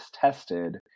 tested